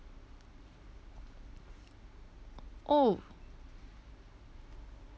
oh